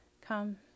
Come